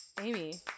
Amy